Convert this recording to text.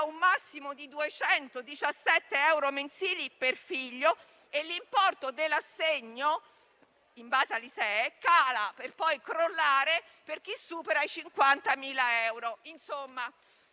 un massimo di 217 euro mensili per figlio e l'importo dell'assegno in base al ISEE cala, per poi crollare, per chi supera i 50.000 euro.